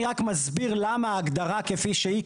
אני רק מסביר למה ההגדרה כפי שהיא,